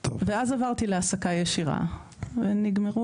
ואז עברתי להעסקה ישירה ונגמרו,